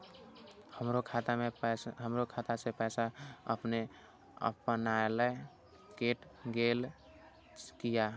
हमरो खाता से पैसा अपने अपनायल केट गेल किया?